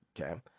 Okay